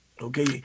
Okay